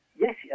Yes